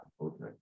okay